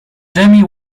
jamie